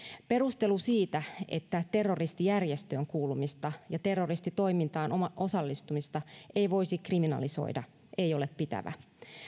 perustelu siitä että terroristijärjestöön kuulumista ja terroristitoimintaan osallistumista ei voisi kriminalisoida ei ole pitävä